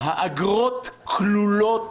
עולה